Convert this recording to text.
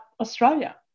Australia